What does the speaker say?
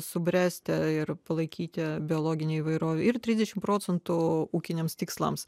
subręsti ir palaikyti biologinę įvairovę ir trisdešim procentų ūkiniams tikslams